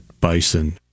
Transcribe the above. bison